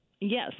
Yes